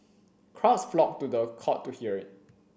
crowds flocked to the court to hear it